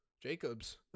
Jacobs